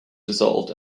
dissolved